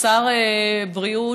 שר הבריאות,